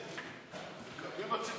אדוני היושב-ראש,